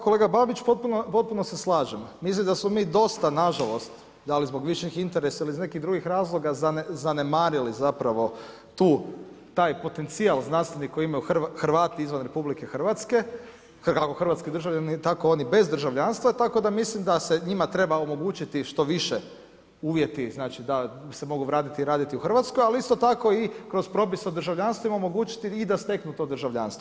Kolega Babić, potpuno se slažem, mislim da smo mi dosta nažalost, da li zbog viših interesa ili iz nekih drugih razloga zanemarili zapravo taj potencijal znanstveni koji imaju Hrvati izvan RH, kako hrvatski državljani, tako i oni bez državljanstva, tako da mislim da se njima treba omogućiti, što više, uvjeti znači, da se mogu vratiti i raditi u Hrvatskoj, ali isto tako i kroz propise državljanstvima, omogućiti i da steknu to državljanstvo.